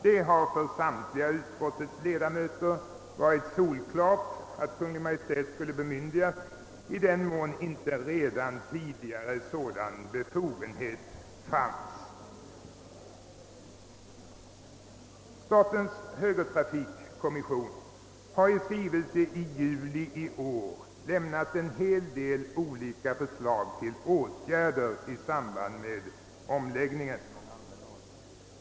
Det har för samtliga utskottets ledamöter varit solklart att Kungl. Maj:t skulle bemyndigas i den mån inte redan tidigare sådan befogenhet fanns. Statens högertrafikkommission har i en skrivelse i juli i år lämnat en hel del olika förslag till åtgärder i samband med omläggningen.